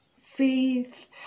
faith